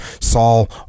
Saul